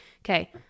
okay